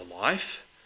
life